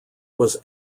was